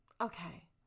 Okay